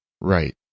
Right